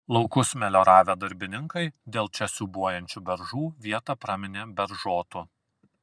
laukus melioravę darbininkai dėl čia siūbuojančių beržų vietą praminė beržotu